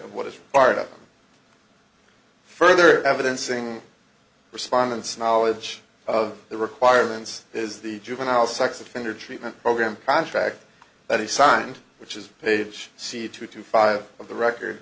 of what is part of further evidence saying respondents knowledge of the requirements is the juvenile sex offender treatment program crash fact that he signed which is page c two two five of the record